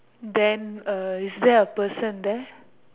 then uh is there a person there